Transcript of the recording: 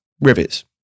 rivets